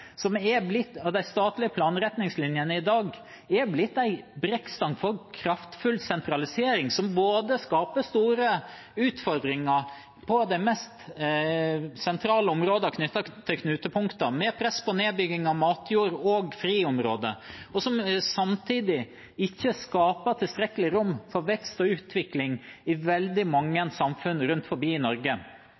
De statlige planretningslinjene er i dag blitt en brekkstang for kraftfull sentralisering. De skaper store utfordringer på de mest sentrale områdene knyttet til knutepunktene, med press på nedbygging av matjord og friområder, og samtidig skaper de ikke tilstrekkelig rom for vekst og utvikling i veldig mange samfunn rundt om i Norge.